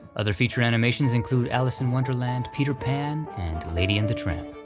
other feature animations include alice in wonderland, peter pan, and lady and the tramp.